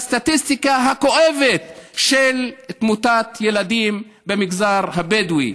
בסטטיסטיקה הכואבת של תמותת ילדים במגזר הבדואי,